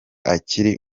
akiri